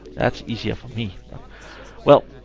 that's easier for me, but well,